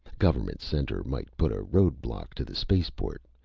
government center might put a road block to the spaceport,